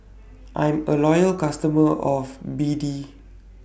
I'm A Loyal customer of B D